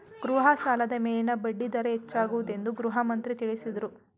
ಗೃಹ ಸಾಲದ ಮೇಲಿನ ಬಡ್ಡಿ ದರ ಹೆಚ್ಚಾಗುವುದೆಂದು ಗೃಹಮಂತ್ರಿ ತಿಳಸದ್ರು